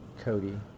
Cody